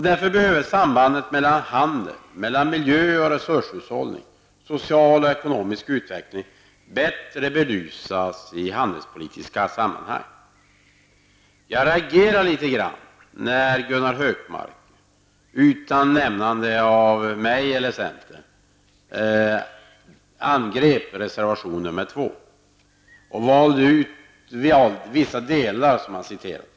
Därför behöver sambanden mellan handel, miljö, resurshushållning samt social och ekonomisk utveckling bättre belysas i handelspolitiska sammanhang. Jag reagerade litet grand när Gunnar Hökmark -- utan att nämna vare sig mitt namn eller centern -- angrep reservation nr 2. Han valde ut vissa delar av den som han citerade här.